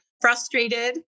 frustrated